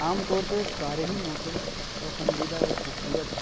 عام طور پہ سارے ہی موسم پسندیدہ اور خوبصورت ہیں